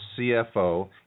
CFO